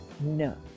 no